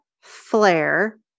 flare